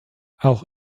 auch